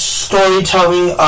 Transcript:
storytelling